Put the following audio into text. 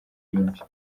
bwinshi